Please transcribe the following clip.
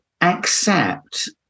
accept